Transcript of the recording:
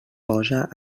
posa